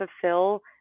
fulfill